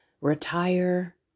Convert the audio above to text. retire